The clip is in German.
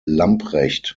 lamprecht